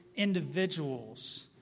individuals